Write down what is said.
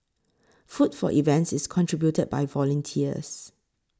food for events is contributed by volunteers